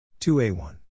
2A1